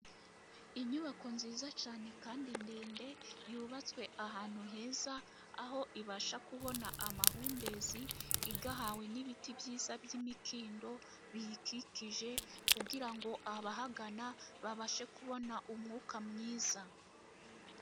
Inyubako nziza cyane kandi ndende, yubatswe ahantu heza aho ibasha kubona amahumbezi, iyahawe n'ibiti byiza by'imikindo biyikikije, kugira ngo abahagana babashe kubona umwuka mwiza.